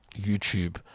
YouTube